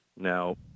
Now